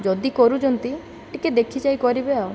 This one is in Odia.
ଯଦି କରୁଛନ୍ତି ଟିକେ ଦେଖିଚାହିଁ କରିବେ ଆଉ